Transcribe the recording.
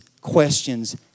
questions